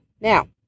Now